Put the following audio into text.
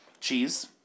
Cheese